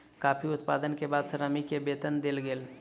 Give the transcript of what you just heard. coffee उत्पादन के बाद श्रमिक के वेतन देल गेल